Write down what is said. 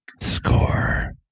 Score